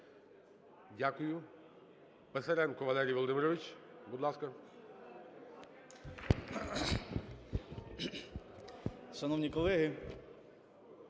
Дякую. Писаренко Валерій Володимирович, будь ласка.